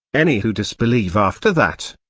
any who disbelieve after that,